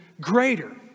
greater